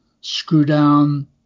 screw-down